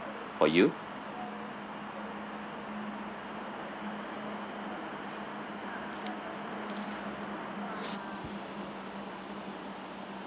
for you